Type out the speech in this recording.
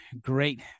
great